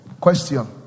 Question